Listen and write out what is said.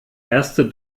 erste